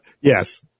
Yes